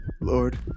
Lord